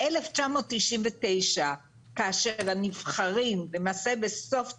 ב-1999 למעשה בסוף 98',